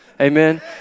amen